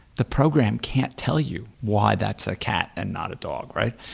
the program can't tell you why that's a cat and not a dog, right?